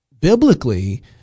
biblically